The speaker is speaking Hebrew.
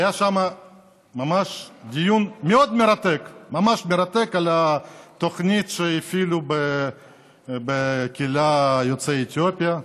היה שם דיון מרתק ממש על התוכנית שהפעילו בקהילת יוצאי אתיופיה.